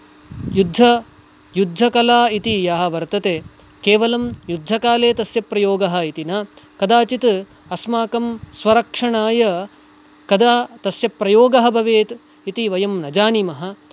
युद्ध युद्धकला इति यः वर्तते केवलं युद्धकाले तस्य प्रयोगः इति न कदाचित् अस्माकं स्वक्षणाय कदा तस्य प्रयोगः भवेत् इति वयं न जानीमः